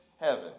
heaven